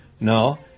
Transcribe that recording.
No